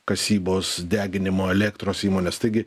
kasybos deginimo elektros įmonės taigi